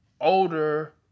older